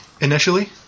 initially